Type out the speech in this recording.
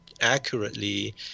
accurately